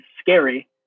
scary